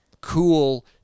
cool